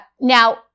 Now